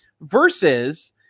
versus